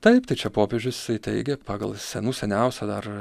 taip tai čia popiežius teigia pagal senų seniausią dar